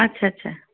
আচ্ছা আচ্ছা